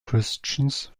christians